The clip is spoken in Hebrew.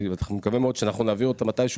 אני מקווה מאוד שאנחנו נעביר אותה מתישהו